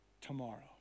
tomorrow